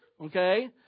okay